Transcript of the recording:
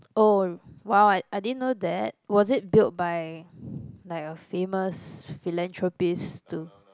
oh !wow! I I didn't know that was it build by like a famous philanthropist to